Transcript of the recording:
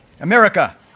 America